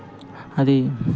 అది